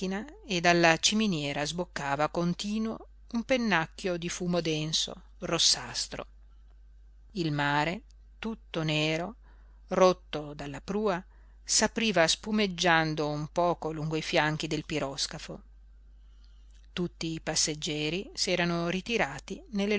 e dalla ciminiera sboccava continuo un pennacchio di fumo denso rossastro il mare tutto nero rotto dalla prua s'apriva spumeggiando un poco lungo i fianchi del piroscafo tutti i passeggeri s'erano ritirati nelle